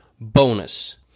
bonus